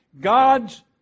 God's